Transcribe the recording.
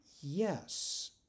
Yes